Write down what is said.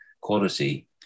quality